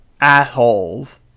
assholes